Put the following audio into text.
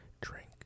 Drink